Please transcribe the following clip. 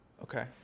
Okay